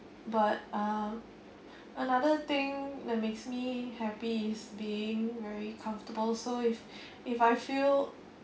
but uh another thing that makes me happy is being very comfortable so if if I feel